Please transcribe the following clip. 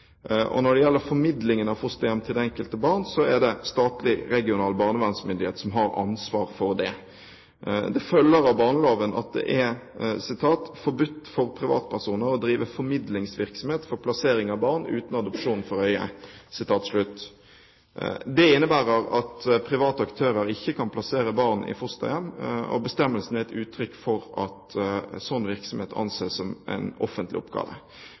Når det gjelder formidlingen av fosterhjem til det enkelte barn, er det statlig, regional barnevernsmyndighet som har ansvaret for dette. Det følger av barnevernloven at det er «forbudt for privatpersoner å drive formidlingsvirksomhet for plassering av barn uten adopsjon for øye». Dette innebærer at private aktører ikke kan plassere barn i fosterhjem, og bestemmelsen er et uttrykk for at sånn virksomhet anses som en offentlig oppgave.